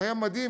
היה מדהים.